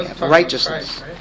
righteousness